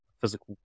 physical